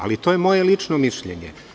Ali, to je moje lično mišljenje.